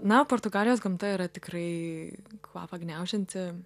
na o portugalijos gamta yra tikrai kvapą gniaužianti